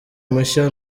mushya